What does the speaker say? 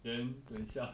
then 等一下